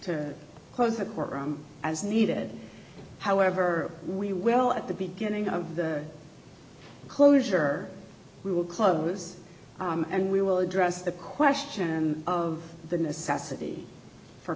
to close the courtroom as needed however we will at the beginning of the closure we will close and we will address the question of the necessity for